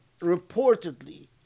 reportedly